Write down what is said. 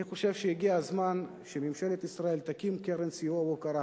אני חושב שהגיע הזמן שממשלת ישראל תקים קרן סיוע והוקרה